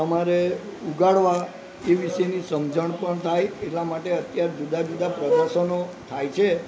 તમારે ઉગાડવા એ વીશેની સમજણ પણ થાય એટલા માટે અત્યારે જુદા જુદા પ્રદર્શનો થાય છે